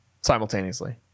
simultaneously